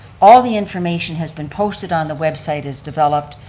all the information has been posted on the website as developed,